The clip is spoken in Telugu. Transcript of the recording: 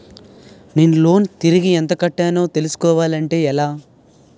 నేను లోన్ తిరిగి ఎంత కట్టానో తెలుసుకోవాలి అంటే ఎలా?